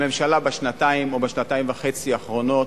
הממשלה בשנתיים או בשנתיים וחצי האחרונות,